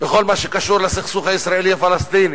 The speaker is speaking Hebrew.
בכל מה שקשור לסכסוך הישראלי-פלסטיני.